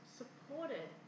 supported